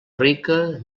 rica